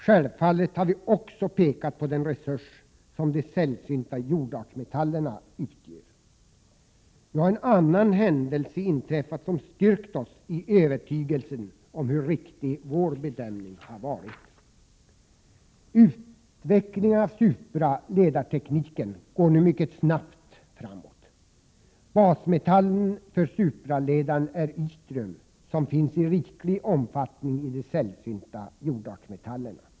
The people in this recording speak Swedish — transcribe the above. Självfallet har vi också pekat på den resurs som de sällsynta jordartsmetallerna utgör. Nu har en annan händelse inträffat, som styrkt oss i övertygelsen om hur riktig vår bedömning har varit. Utvecklingen av supraledartekniken går nu mycket snabbt framåt. Basmetallen för supraledaren är yttrium, som finns i riklig omfattning i de sällsynta jordartsmetallerna.